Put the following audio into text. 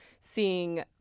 seeing